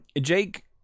Jake